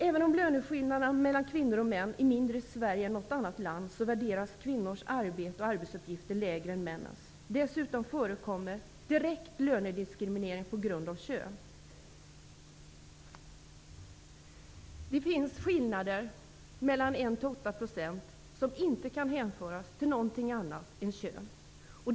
Även om löneskillnaderna mellan kvinnor och män är mindre i Sverige än i något annat land, värderas kvinnors arbete och arbetsuppgifter lägre än männens. Dessutom förekommer direkt lönediskriminering på grund av kön. 1--8 % av skillnaderna kan inte hänföras till någonting annat än kön.